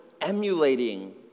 emulating